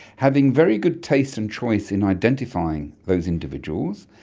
having very good taste and choice in identifying those individuals,